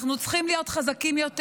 אנחנו צריכים להיות חזקים יותר.